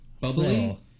Bubbly